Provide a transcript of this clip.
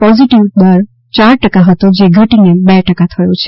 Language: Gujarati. પોઝીટીવ દર ચાર ટકા હતો જે ઘટીને બે ટકા થયો છે